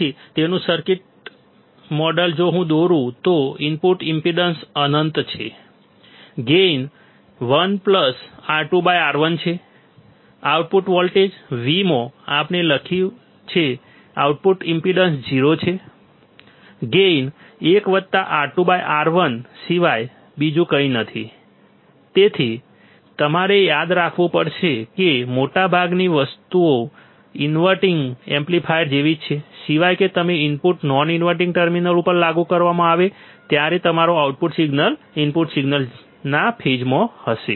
તેથી તેનું સમકક્ષ સર્કિટ મોડેલ જો હું દોરું તો ઇનપુટ ઈમ્પેડન્સ અનંત છે ગેઇન 1 R2R1 છે આઉટપુટ વોલ્ટેજ V માં આપણે અહીં લખ્યું છે આઉટપુટ ઈમ્પેડન્સ 0 છે ગેઇન 1 R2R1 સિવાય બીજું કંઈ નથી તેથી તમારે યાદ રાખવું પડશે કે મોટાભાગની વસ્તુઓ ઇન્વર્ટીંગ એમ્પ્લીફાયર જેવી જ છે સિવાય કે હવે ઇનપુટ નોન ઇન્વર્ટીંગ ટર્મિનલ ઉપર લાગુ કરવામાં આવે ત્યારથી મારો આઉટપુટ સિગ્નલ ઇનપુટ સિગ્નલના ફેઝમાં હશે